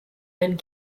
and